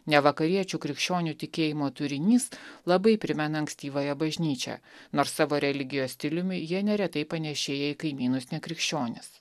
ne vakariečių krikščionių tikėjimo turinys labai primena ankstyvąją bažnyčią nors savo religijos stiliumi jie neretai panėšėja į kaimynus nekrikščionis